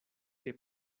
que